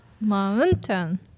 mountain